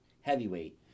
heavyweight